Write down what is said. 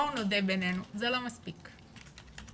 בואו נודה זה לא מספיק טוב.